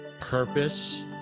purpose